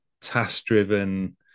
task-driven